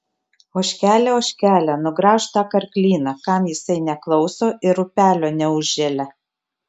ožkele ožkele nugraužk tą karklyną kam jisai neklauso ir upelio neužželia